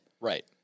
Right